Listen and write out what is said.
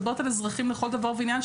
אני מדברת על אזרחים לכל דבר ועניין,